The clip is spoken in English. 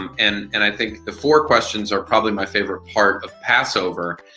um and and i think the four questions are probably my favorite part of passover.